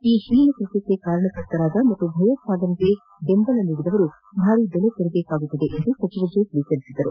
ಈ ಹೀನ ಕೃತ್ಯಕ್ಷೆ ಕಾರಣಕರ್ತರಾದ ಹಾಗೂ ಭಯೋತ್ವಾದನೆಗೆ ಬೆಂಬಲ ನೀಡಿದವರು ಭಾರೀ ಬೆಲೆ ತೆರಬೇಕಾಗುತ್ತದೆ ಎಂದು ಸಚಿವ ಜೇಟ್ಲೆ ಹೇಳಿದರು